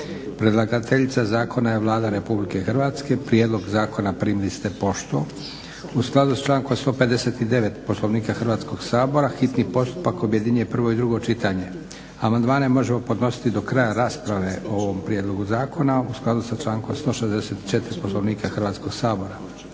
Predlagatelj zakona je Vlada Republike Hrvatske. Prijedlog zakona primili ste poštom. U skladu s člankom 159. Poslovnika Hrvatskog sabora hitni postupak objedinjuje prvo i drugo čitanje. Amandmane možemo podnositi do kraja rasprave o ovom prijedlogu zakona u skladu sa člankom 164. Poslovnika Hrvatskog sabora.